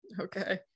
Okay